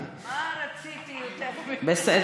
מה רציתי יותר מזה?